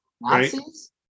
Nazis